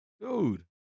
Dude